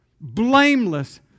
blameless